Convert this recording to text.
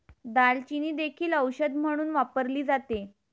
दालचिनी देखील औषध म्हणून वापरली जाते